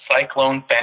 cyclone